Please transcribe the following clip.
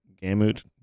gamut